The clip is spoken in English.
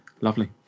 Lovely